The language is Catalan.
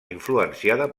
influenciada